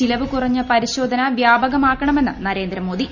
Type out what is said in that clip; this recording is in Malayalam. ചിലവ് കുറഞ്ഞ പരിശോധന വ്യാപകമാക്കണമെന്ന് നരേന്ദ്രമോദി